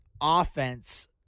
offense